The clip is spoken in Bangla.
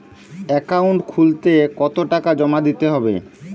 অ্যাকাউন্ট খুলতে কতো টাকা জমা দিতে হবে?